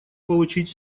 получить